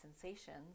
sensations